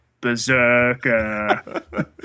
Berserker